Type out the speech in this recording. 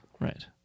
right